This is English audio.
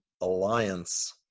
alliance